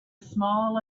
small